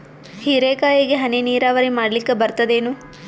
ಹೀರೆಕಾಯಿಗೆ ಹನಿ ನೀರಾವರಿ ಮಾಡ್ಲಿಕ್ ಬರ್ತದ ಏನು?